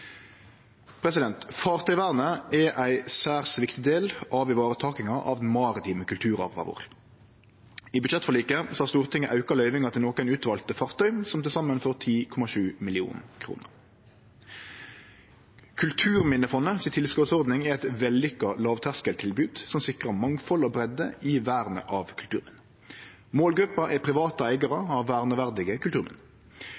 Fartøyvernet er ein særs viktig del av ivaretakinga av den maritime kulturarven vår. I budsjettforliket har Stortinget auka løyvinga til nokre utvalde fartøy, som til saman får 10,7 mill. kr. Kulturminnefondet si tilskotsordning er eit vellukka lågterskeltilbod som sikrar mangfald og breidde i vernet av kulturminne. Målgruppa er private